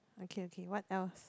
okay okay what else